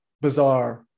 bizarre